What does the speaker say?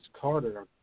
Carter